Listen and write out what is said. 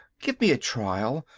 give me a trial,